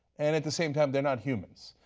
and at the same time they are not humans.